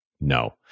no